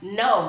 no